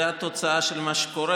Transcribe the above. זה התוצאה של מה שקורה.